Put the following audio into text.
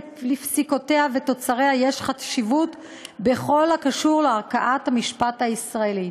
לפסיקותיה ותוצריה יש חשיבות בכל הקשור לערכאת המשפט הישראלי.